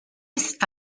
ist